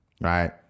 right